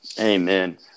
Amen